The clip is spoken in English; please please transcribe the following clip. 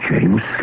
James